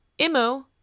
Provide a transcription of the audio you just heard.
Imo